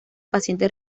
pacientes